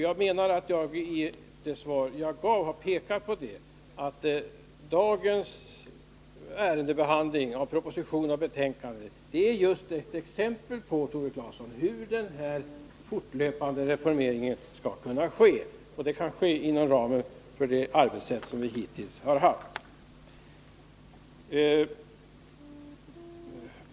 Jag menar att jag i det svar jag gav har pekat på det, nämligen att dagens behandling av proposition och betänkande är ett exempel just på hur den här fortlöpande reformeringen skall kunna ske — den kan ske inom ramen för det arbetssätt som vi hittills haft.